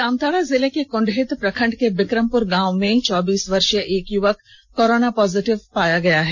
जामताड़ा जिले के कुंडहित प्रखंड के बिकमपुर गांव में चौबीस वर्षीय एक युवक कोरोना पॉजिटिव पाया गया है